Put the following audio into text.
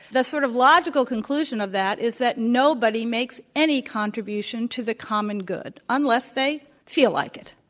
the sort of logical conclusion of that is that nobody makes any contribution to the common good unless they feel like it,